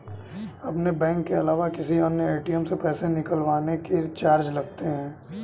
अपने बैंक के अलावा किसी अन्य ए.टी.एम से पैसे निकलवाने के चार्ज लगते हैं